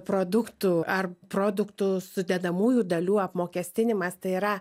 produktų ar produktų sudedamųjų dalių apmokestinimas tai yra